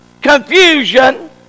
confusion